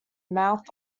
mouth